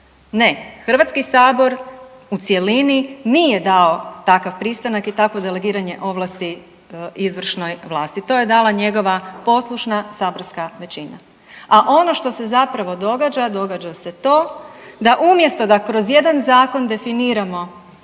Ne, HS u cjelini nije dao takav pristanak i takvo delegiranje ovlasti izvršnoj vlasti. To je dala njegova poslušna saborska većina. A ono što se zapravo događa, događa se to da umjesto da kroz jedan zakon definiramo